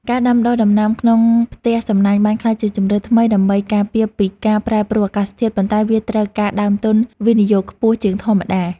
ការដាំដុះដំណាំក្នុងផ្ទះសំណាញ់បានក្លាយជាជម្រើសថ្មីដើម្បីការពារពីការប្រែប្រួលអាកាសធាតុ ប៉ុន្តែវាត្រូវការដើមទុនវិនិយោគខ្ពស់ជាងធម្មតា។